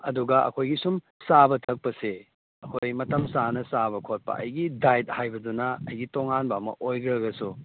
ꯑꯗꯨꯒ ꯑꯩꯈꯣꯏꯒꯤ ꯁꯨꯝ ꯆꯥꯕ ꯊꯛꯄꯁꯦ ꯑꯩꯈꯣꯏ ꯃꯇꯝ ꯆꯥꯅ ꯆꯥꯕ ꯈꯣꯠꯄ ꯑꯩꯒꯤ ꯗꯥꯏꯠ ꯍꯥꯏꯕꯗꯨꯅ ꯑꯩꯒꯤ ꯇꯣꯉꯥꯟꯕ ꯑꯃ ꯑꯣꯏꯈ꯭ꯔꯒꯁꯨ